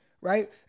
right